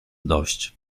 dość